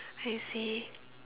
I see